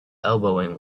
elbowing